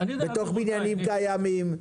בתוך בניינים קיימים.